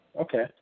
Okay